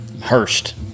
Hurst